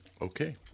Okay